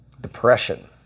depression